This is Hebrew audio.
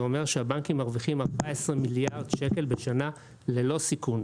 זה אומר שהבנקים מרוויחים 14 מיליארד שקל בשנה ללא סיכון.